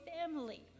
family